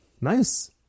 Nice